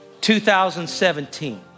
2017